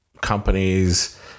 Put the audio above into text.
companies